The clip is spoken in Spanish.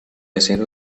acero